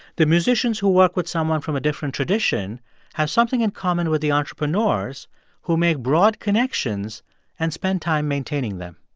the musicians who work with someone from a different tradition have something in common with the entrepreneurs who make broad connections and spend time maintaining them.